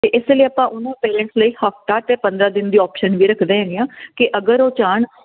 ਇਸ ਲਈ ਆਪਾਂ ਉਹਨੂੰ ਪੇਰੈਂਟ ਲਈ ਹਫਤਾ ਤੇ ਪੰਦਰਾਂ ਦਿਨ ਦੀ ਆਪਸ਼ਨ ਵੀ ਰੱਖਦੇ ਹੈਗੇ ਆ ਕਿ ਅਗਰ ਉਹ ਚਾਹਣ